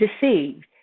deceived